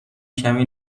کمی